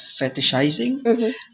fetishizing